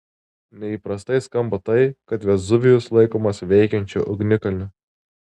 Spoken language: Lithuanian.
neįprastai skamba tai kad vezuvijus laikomas veikiančiu ugnikalniu